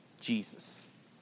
Jesus